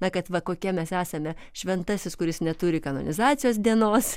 na kad va kokie mes esame šventasis kuris neturi kanonizacijos dienos